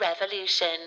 Revolution